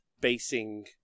basing